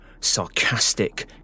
sarcastic